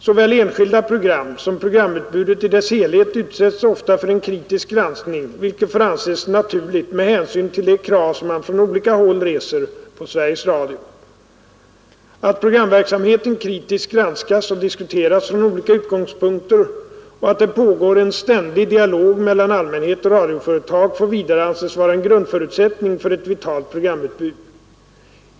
Såväl enskilda program som programutbudet i dess helhet utsätts ofta för en kritisk granskning, vilket får anses naturligt med hänsyn till de krav som man från olika håll reser på Sveriges Radio. Att programverksamheten kritiskt granskas och diskuteras från olika utgångspunkter och att det pågår en ständig dialog mellan allmänhet och radioföretag får vidare anses vara en grundförutsättning för ett vitalt programutbud.